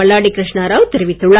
மல்லாடி கிருஷ்ணராவ் தெரிவித்துள்ளார்